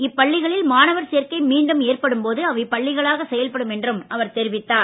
இப்பள்ளிகளில் மாணவர் சேர்க்கை மீண்டும் ஏற்படும் போது அவை பள்ளிகளாக செயல்படும் என்று அவர் தெரிவித்தார்